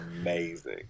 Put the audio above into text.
amazing